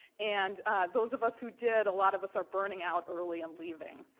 and those of us who did, a lot of us are burning out early and leaving.